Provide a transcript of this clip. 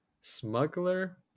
Smuggler